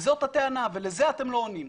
וזאת הטענה, ולזה אתם לא עונים.